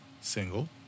single